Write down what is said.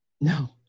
No